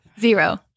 zero